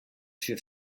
für